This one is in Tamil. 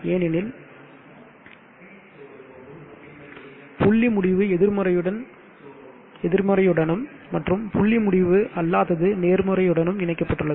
ஏனெனில் புள்ளி முடிவு எதிர்மறையுடனும் மற்றும் புள்ளி முடிவு அல்லாதது நேர்மறையுடனும் இணைக்கப்பட்டுள்ளது